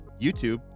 YouTube